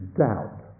doubt